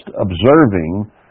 observing